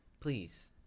please